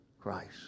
Christ